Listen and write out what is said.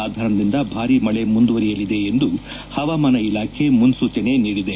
ಸಾಧಾರಣದಿಂದ ಭಾರಿ ಮಳೆ ಮುಂದುವರೆಯಲಿದೆ ಎಂದು ಹವಾಮಾನ ಇಲಾಖೆ ಮುನ್ನೂಚನೆ ನೀಡಿದೆ